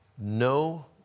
No